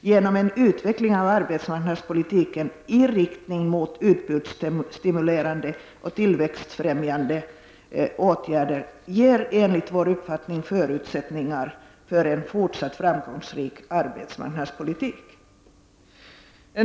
genom en utveckling av arbetsmarknadspolitiken i riktning mot utbudsstimulerande och tillväxtfrämjande åtgärder ger enligt vår uppfattning förutsättningar för en fortsatt framgångsrik arbetsmarknadspolitik.